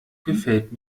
gefällt